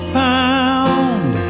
found